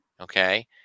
okay